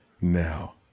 now